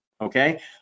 okay